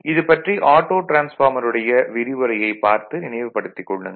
இது பற்றி ஆட்டோ டிரான்ஸ்பார்மருடைய விரிவுரையைப் பார்த்து நினைவுபடுத்திக் கொள்ளுங்கள்